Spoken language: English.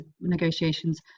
negotiations